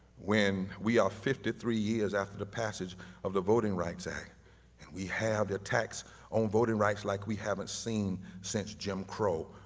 when we are fifty three years after the passage of the voting rights act and we have the tax on voting rights like we haven't seen since jim crow,